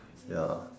ya